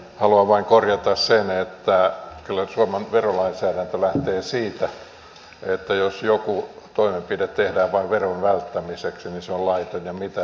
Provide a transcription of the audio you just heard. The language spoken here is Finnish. haluan vain korjata sen että kyllä suomen verolainsäädäntö lähtee siitä että jos joku toimenpide tehdään vain veron välttämiseksi niin se on laiton ja mitätön